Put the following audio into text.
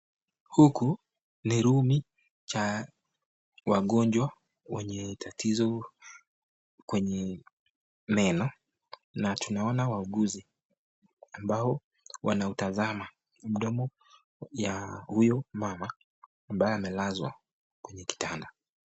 Huku ni roomi cha wagonjwa wenye tatizo kwenye meno na tunaona wauguuzi ambao wanautazama mdomo ya huyo mama ambaye amelazwa kwenye kitanda.